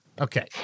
okay